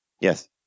Yes